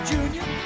Junior